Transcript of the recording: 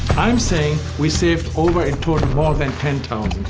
i'm saying we saved over a total more than ten